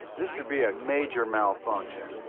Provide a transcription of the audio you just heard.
this could be a major malfunction.